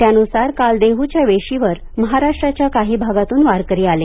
त्यानुसार काल देहूच्या वेशीवर महाराष्ट्राच्या काही भागातून वारकरी आले